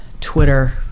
Twitter